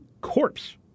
corpse